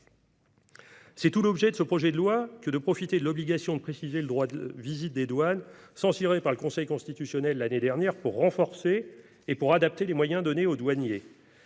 C’est tout l’objet du texte que de profiter de l’obligation de préciser le droit de visite des douanes, censuré par le Conseil constitutionnel l’année dernière, pour renforcer et adapter les moyens donnés aux douaniers.